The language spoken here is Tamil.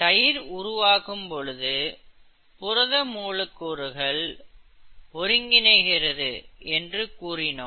தயிர் உருவாகும் பொழுது புரத மூலக்கூறுகள் ஒருங்கிணைக்கிறது என்று கூறினோம்